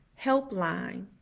HELPLINE